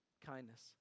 kindness